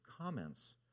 comments